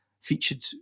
featured